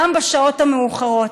גם בשעות המאוחרות,